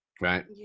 Right